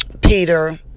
Peter